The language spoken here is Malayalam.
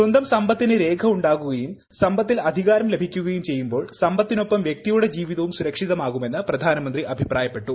സ്വന്തം സ്മ്പത്തീന് രേഖ ഉണ്ടാകുകയും സമ്പത്തിൽ അധികാരം ലഭിക്കുകയും ചെയ്യൂമ്പോൾ സാമ്പത്തിനൊപ്പം വ്യക്തിയുടെ ജീവിതവും സുരക്ഷിതമാകുമെന്ന് പ്രധാനമന്ത്രി അഭിപ്രായപ്പെട്ടു